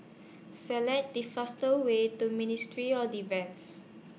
Select The fastest Way to Ministry of Defence